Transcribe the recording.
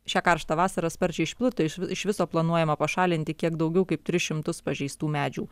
šią karštą vasarą sparčiai išplito iš iš viso planuojama pašalinti kiek daugiau kaip tris šimtus pažeistų medžių